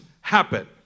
happen